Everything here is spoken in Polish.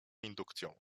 indukcją